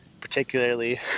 particularly